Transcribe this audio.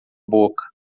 boca